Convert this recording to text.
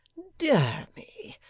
dear me!